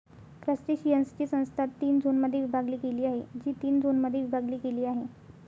क्रस्टेशियन्सची संस्था तीन झोनमध्ये विभागली गेली आहे, जी तीन झोनमध्ये विभागली गेली आहे